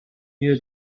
near